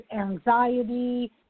anxiety